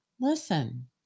Listen